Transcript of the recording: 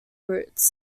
roots